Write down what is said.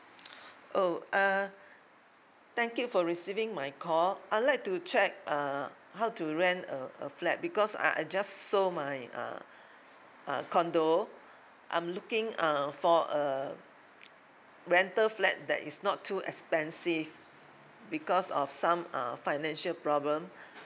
oh uh thank you for receiving my call I'd like to check uh how to rent a a flat because I I just sold my uh uh condo I'm looking uh for a rental flat that is not too expensive because of some uh financial problem